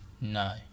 No